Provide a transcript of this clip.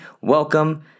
welcome